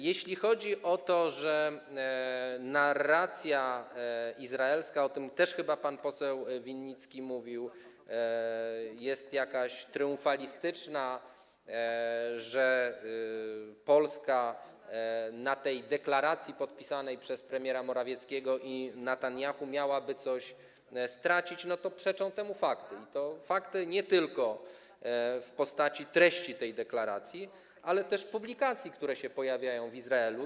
Jeśli chodzi o to, że narracja izraelska - o tym też chyba mówił pan poseł Winnicki - jest jakaś triumfalistyczna, że Polska na tej deklaracji podpisanej przez premiera Morawieckiego i Netanjahu miałaby coś stracić, przeczą temu fakty, i to fakty nie tylko w postaci treści tej deklaracji, ale też publikacji, które się pojawiają w Izraelu.